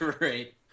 Right